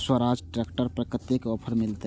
Swaraj tractor पर कतेक offer मिलते?